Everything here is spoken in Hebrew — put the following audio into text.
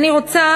אני רוצה